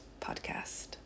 podcast